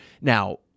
now